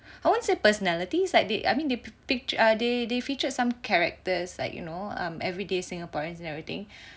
I won't say personalities like they I mean they picked err they they featured some characters like you know um everyday Singaporeans and everything